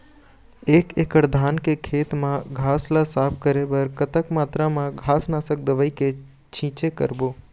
एक एकड़ धान के खेत मा घास ला साफ करे बर कतक मात्रा मा घास नासक दवई के छींचे करबो?